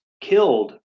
killed